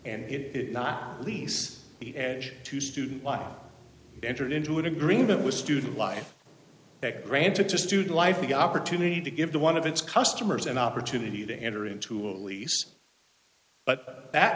and not lease to student entered into an agreement with student life that granted to student life the opportunity to give to one of its customers an opportunity to enter into a lease but that